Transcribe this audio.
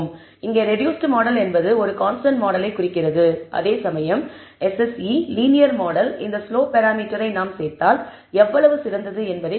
இங்கே reduced model என்பது ஒரு கான்ஸ்டன்ட் மாடலை குறிக்கிறது அதேசமயம் SSE லீனியர் மாடல் இந்த ஸ்லோப் பராமீட்டரை நாம் சேர்த்தால் எவ்வளவு சிறந்தது என்பதை குறிக்கிறது